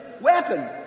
weapon